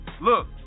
Look